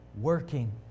working